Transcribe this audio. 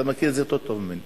אתה מכיר את זה יותר טוב ממני,